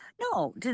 No